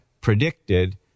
predicted